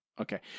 Okay